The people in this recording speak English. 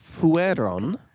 fueron